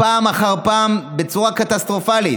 פעם אחר פעם, בצורה קטסטרופלית.